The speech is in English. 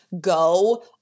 go